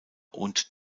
und